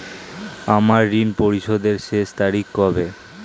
আমার ঋণ পরিশোধের শেষ তারিখ কবে?